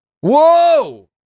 Whoa